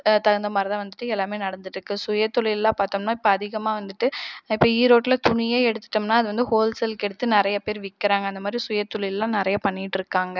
தகுந்த மாதிரிதான் வந்துட்டு எல்லாமே நடந்துகிட்ருக்கு சுயதொழில்லாம் பார்த்தோம்னா இப்போ அதிகமாக வந்துட்டு இப்போ ஈரோட்ல துணியே எடுத்துட்டோம்னால் அது வந்து ஹோல்சேல்க்கு எடுத்து நிறைய பேர் விற்கிறாங்க அந்த மாதிரி சுய தொழில்லாம் நிறைய பண்ணிகிட்ருக்காங்க